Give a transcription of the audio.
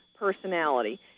personality